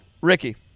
Ricky